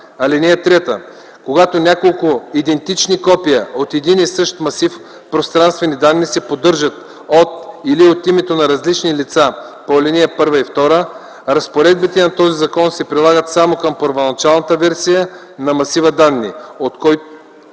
(3) Когато няколко идентични копия от един и същ масив пространствени данни се поддържат от или от името на различни лица по ал. 1 и 2, разпоредбите на този закон се прилагат само към първоначалната версия на масива данни, от които